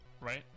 Right